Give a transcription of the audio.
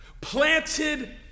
Planted